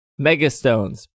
Megastones